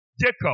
Jacob